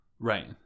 Right